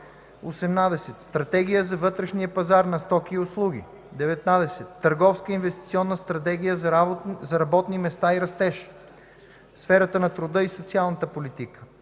18. Стратегия за вътрешния пазар на стоки и услуги. 19. Търговска и инвестиционна стратегия за работни места и растеж. В сферата на труда и социалната политика: